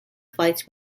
flights